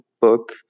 book